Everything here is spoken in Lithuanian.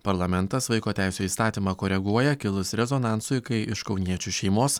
parlamentas vaiko teisių įstatymą koreguoja kilus rezonansui kai iš kauniečių šeimos